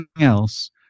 else